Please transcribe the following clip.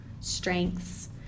strengths